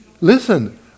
Listen